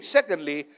Secondly